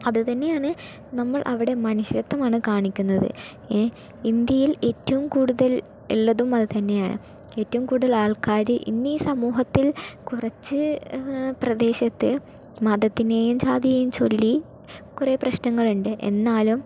അതു തന്നെയാണ് നമ്മൾ അവിടെ മനുഷ്യത്തമാണ് കാണിക്കുന്നത് ഇന്ത്യയിൽ ഏറ്റവും കൂടുതൽ ഉള്ളതും അതുതന്നെയാണ് ഏറ്റവും കൂടുതൽ ആൾക്കാര് ഇന്നീ സമൂഹത്തിൽ കുറച്ച് പ്രദേശത്ത് മതത്തിനെയും ജാതിയെയും ചൊല്ലി കുറേ പ്രശ്നങ്ങളുണ്ട് എന്നാലും